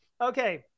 Okay